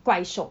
怪兽